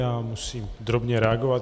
Já musím drobně reagovat.